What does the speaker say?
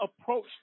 approach